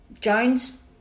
Jones